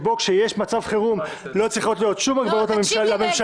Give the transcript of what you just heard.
שכשיש מצב חירום לא צריכות להיות הגבלות על הממשלה.